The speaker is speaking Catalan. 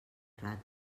rata